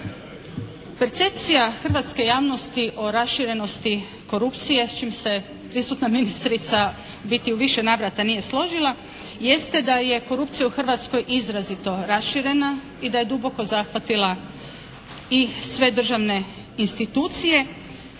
Percepcija hrvatske javnosti o raširenosti korupcije s čim se prisutna ministrica u biti u više navrata nije složila jeste da je korupcija u Hrvatskoj izrazito raširena i da je duboko zahvatila i sve državne institucije,